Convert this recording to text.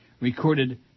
recorded